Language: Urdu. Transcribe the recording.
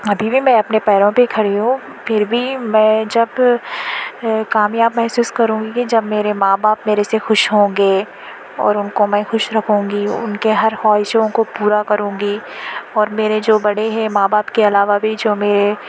ابھی بھی میں اپنے پیروں پہ ہی کھڑی ہوں پھر بھی میں جب کامیاب محسوس کروں گی جب میرے ماں باپ میرے سے خوش ہوں گے اور ان کو میں خوش رکھوں گی ان کے ہر خواہشوں کو پورا کروں گی اور میرے جو بڑے ہیں ماں باپ کے علاوہ بھی جو میرے